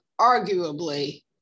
arguably